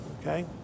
okay